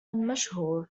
مشهور